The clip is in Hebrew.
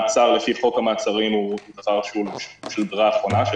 מעצר לפי חוק המעצרים הוא דבר של ברירה אחרונה,